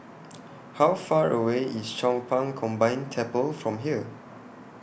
How Far away IS Chong Pang Combined Temple from here